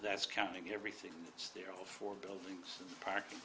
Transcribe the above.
that's counting everything for building parking